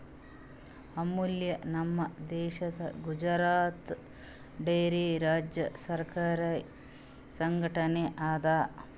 ಅಮುಲ್ ನಮ್ ದೇಶದ್ ಗುಜರಾತ್ ಡೈರಿ ರಾಜ್ಯ ಸರಕಾರಿ ಸಂಘಟನೆ ಅದಾ